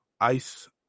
ICE